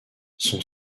son